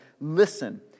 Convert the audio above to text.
listen